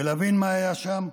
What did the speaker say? להבין מה היה שם,